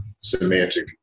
semantic